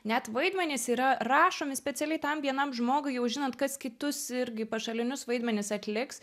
net vaidmenys yra rašomi specialiai tam vienam žmogui jau žinant kas kitus irgi pašalinius vaidmenis atliks